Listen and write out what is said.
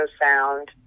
sound